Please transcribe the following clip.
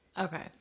Okay